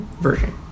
version